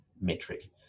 metric